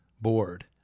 board